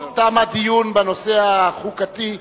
תם הדיון בנושא החוקתי,